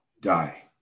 die